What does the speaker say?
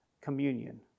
communion